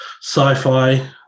sci-fi